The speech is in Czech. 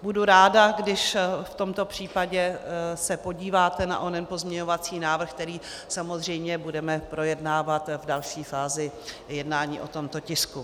Budu ráda, když v tomto případě se podíváte na onen pozměňovací návrh, který samozřejmě budeme projednávat v další fázi jednání o tomto tisku.